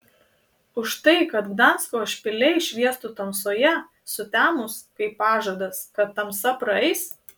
už tai kad gdansko špiliai šviestų tamsoje sutemus kaip pažadas kad tamsa praeis